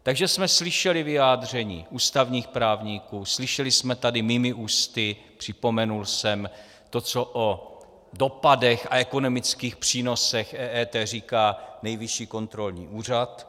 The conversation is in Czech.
Takže jsme slyšeli vyjádření ústavních právníků, slyšeli jsme tady mými ústy, připomněl jsem to, co o dopadech a ekonomických přínosech EET říká Nejvyšší kontrolní úřad.